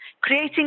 creating